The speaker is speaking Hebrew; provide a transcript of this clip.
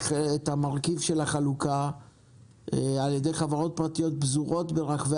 המרכיב של החלוקה על ידי חברות פרטיות פזורות ברחבי